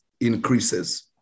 increases